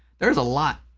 there's a lot,